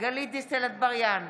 גלית דיסטל אטבריאן,